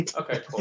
Okay